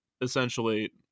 essentially